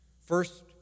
First